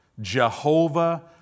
Jehovah